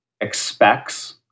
expects